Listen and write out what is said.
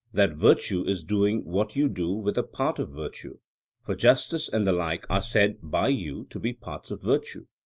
that virtue is doing what you do with a part of virtue for justice and the like are said by you to be parts of virtue.